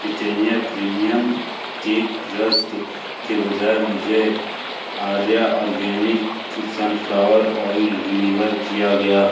Britannia premium cake rusk के बजाय मुझे Arya organic sunflower oil deliver किया गया